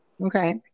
okay